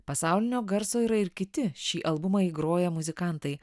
pasaulinio garso yra ir kiti šį albumą įgroję muzikantai